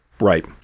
Right